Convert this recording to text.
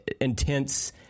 intense